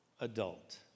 adult